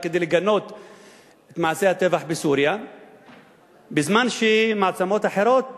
לגנות את מעשי הטבח בסוריה בזמן שמעצמות אחרות